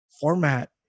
format